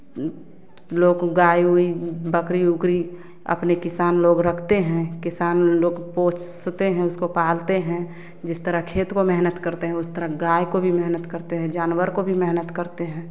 लोग को गाय हुई बकरी उकरी अपने किसान लोग रखते हैं किसान लोग पोसते हैं उसको पालते हैं जिस तरह खेत में मेहनत करते हैं उस तरह गाय को भी मेहनत करते हैं जानवर को भी मेहनत करते हैं